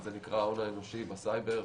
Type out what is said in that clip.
זה נקרא ההון האנושי בסייבר.